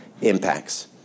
impacts